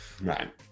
right